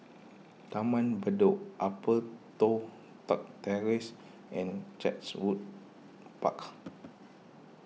Taman Bedok Upper Toh Tuck Terrace and Chatsworth Park